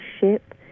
ship